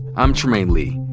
i'm trymaine lee.